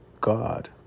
God